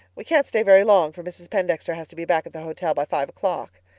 we can't stay very long, for mrs. pendexter has to be back at the hotel by five o'clock.